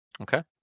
Okay